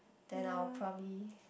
then I will probably